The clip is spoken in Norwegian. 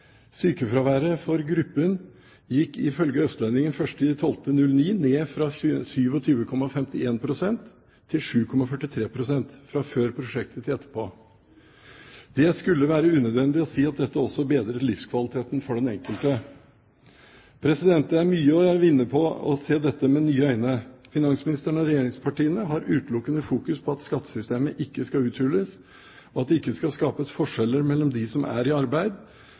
Sykefraværet for gruppen gikk, ifølge Østlendingen 1. desember 2009, ned fra 27,51 pst. til 7,43 pst., fra før prosjektet startet til etterpå. Det skulle være unødvendig å si at dette også bedret livskvaliteten for den enkelte. Det er mye å vinne på å se på dette med nye øyne. Finansministeren og regjeringspartiene har utelukkende fokus på at skattesystemet ikke skal uthules, og at det ikke skal skapes forskjeller mellom dem som er i arbeid,